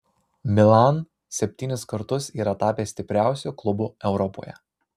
milan septynis kartus yra tapęs stipriausiu klubu europoje